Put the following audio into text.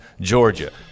Georgia